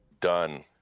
Done